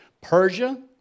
Persia